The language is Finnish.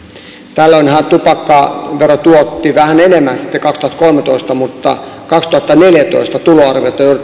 tällöinhän tupakkavero tuotti vähän enemmän sitten kaksituhattakolmetoista mutta kaksituhattaneljätoista tuloarviota